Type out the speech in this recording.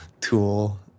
tool